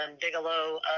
Bigelow